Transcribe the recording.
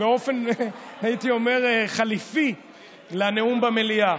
הייתי אומר, באופן חליפי לנאום במליאה.